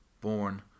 born